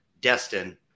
Destin